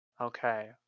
Okay